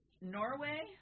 Norway